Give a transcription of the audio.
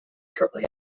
shortly